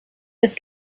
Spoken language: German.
ist